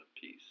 peace